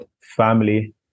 family